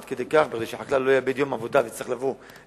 עד כדי כך שכדי שחקלאי לא יאבד יום עבודה ויצטרך לבוא לבאר-שבע,